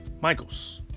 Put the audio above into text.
Michael's